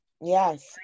yes